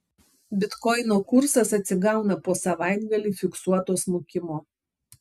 bitkoino kursas atsigauna po savaitgalį fiksuoto smukimo